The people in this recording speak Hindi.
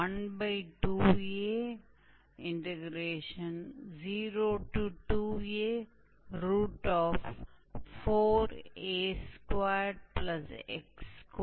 और अब हमारे पास 𝑑𝑦𝑑𝑥 𝑥2𝑎 के रूप में है हम वहां प्रतिस्थापित करते हैं